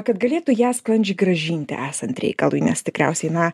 kad galėtų ją sklandžiai grąžinti esant reikalui nes tikriausiai na